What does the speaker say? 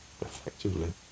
effectively